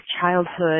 childhood